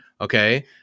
okay